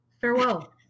Farewell